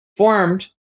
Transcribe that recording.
Formed